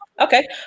okay